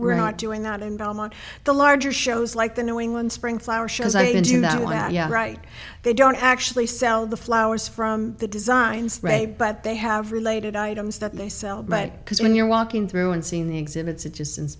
we're not doing that in belmont the larger shows like the new england spring flower show as i do that wow yeah right they don't actually sell the flowers from the design spray but they have related items that they sell but because when you're walking through and seeing the exhibits